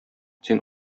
син